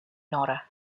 nora